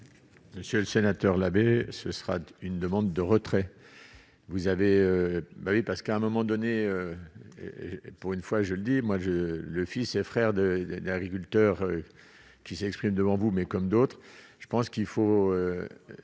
Monsieur le sénateur, la ce sera une demande de retrait, vous avez bah oui, parce qu'à un moment donné, pour une fois, je le dis, moi je le fils et frère de l'agriculteur qui s'exprime devant vous, mais comme d'autres, je pense qu'il faut